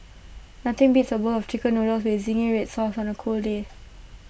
nothing beats A bowl of Chicken Noodles with Zingy Red Sauce on A cold day